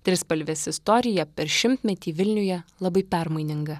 trispalvės istorija per šimtmetį vilniuje labai permaininga